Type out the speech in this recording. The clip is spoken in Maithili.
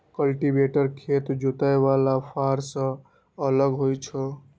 कल्टीवेटर खेत जोतय बला फाड़ सं अलग होइ छै